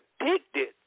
addicted